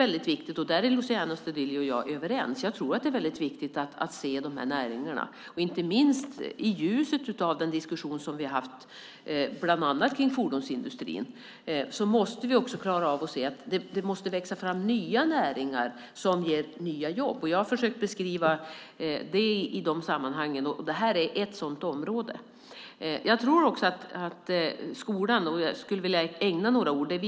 Luciano Astudillo och jag är överens om att det är viktigt att se näringarna, inte minst i ljuset av den diskussion vi har haft om bland annat fordonsindustrin. Vi måste klara av att se att det måste växa fram nya näringar som ger nya jobb. Jag har försökt beskriva sådant i dessa sammanhang. Det här är ett sådant område. Jag skulle vilja ägna några ord åt skolan.